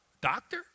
Doctor